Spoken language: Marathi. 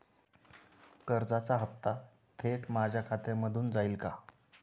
कर्जाचा हप्ता थेट माझ्या खात्यामधून जाईल का?